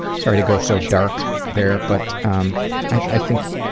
sorry to go so dark there, but um i think